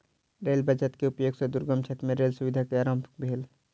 rail budget के उपयोग सॅ दुर्गम क्षेत्र मे रेल सुविधा के आरम्भ भेल